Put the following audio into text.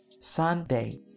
Sunday